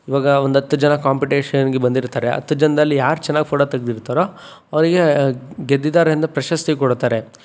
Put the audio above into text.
ಇವಾಗ ಒಂದು ಹತ್ತು ಜನ ಕಾಂಪಿಟೇಷನ್ಗೆ ಬಂದಿರ್ತಾರೆ ಹತ್ತು ಜನದಲ್ಲಿ ಯಾರು ಚೆನ್ನಾಗಿ ಫೋಟೋ ತೆಗ್ದಿರ್ತಾರೊ ಅವರಿಗೆ ಗೆದ್ದಿದ್ದಾರೆ ಅಂತ ಪ್ರಶಸ್ತಿ ಕೊಡ್ತಾರೆ